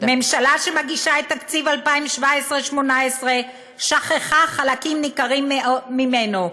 הממשלה שמגישה את תקציב 2017 2018 שכחה חלקים ניכרים ממנו.